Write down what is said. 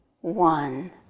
one